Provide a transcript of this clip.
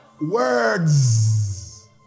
Words